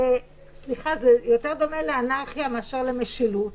סליחה, זה יותר דומה לאנרכיה מאשר למשילות.